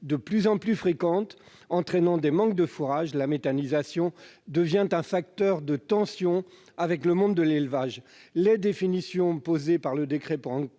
de plus en plus fréquentes, entraînant des manques de fourrage. La méthanisation devient un facteur de tensions avec le monde de l'élevage. Les définitions posées par le décret pour